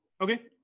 Okay